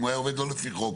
אם הוא היה עובד לא לפי חוק,